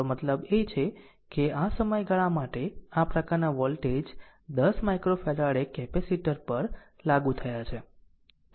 મારો મતલબ છે કે આ સમયગાળા માટે આ પ્રકારના વોલ્ટેજ 10 માઈક્રોફેરાડે કેપેસિટર પર લાગુ થયા છે